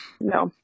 no